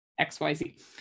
XYZ